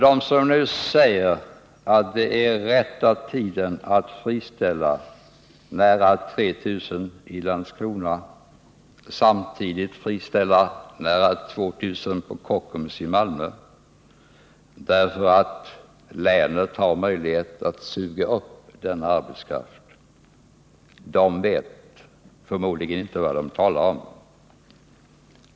De som nu säger att det är rätta tiden att friställa nära 3 000 personer i Landskrona och samtidigt friställa nära 2 000 på Kockums i Malmö därför att länet har möjlighet att suga upp denna arbetskraft vet förmodligen inte vad de talar om.